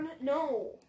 No